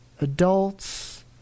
adults